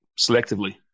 selectively